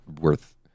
worth